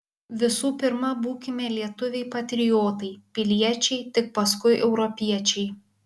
visų pirma būkime lietuviai patriotai piliečiai tik paskui europiečiai